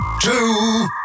two